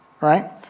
Right